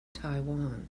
taiwan